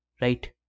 right